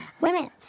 Women